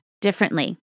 differently